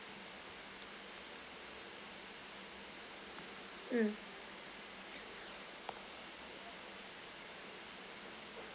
mm